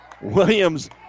Williams